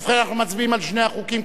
ובכן, אנחנו מצביעים על שני החוקים.